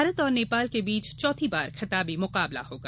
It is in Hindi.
भारत और नेपाल के बीच चौथी बार खिताबी मुकाबला होगा